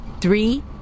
three